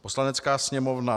Poslanecká sněmovna: